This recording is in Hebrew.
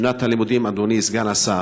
שנת הלימודים, אדוני סגן השר,